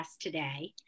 today